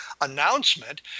announcement